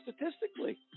statistically